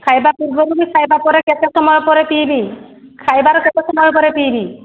ଖାଇବା ପୂର୍ବରୁ କି ଖାଇବା ପରେ କେତେ ସମୟ ପରେ ପିଇବି ଖାଇବାର କେତେ ସମୟ ପରେ ପିଇବି